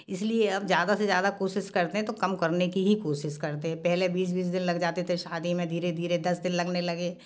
इस लिए अब ज़्यादा से ज़्यादा कोशिश करते हैं तो कम करने की ही कोशिश करते हैं पहले बीस बीस दिन लग जाते थे शादी मे धीरे धीरे दस दिन लगाने लगे